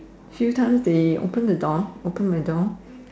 few times they open the door open my door